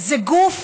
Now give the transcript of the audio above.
זה גוף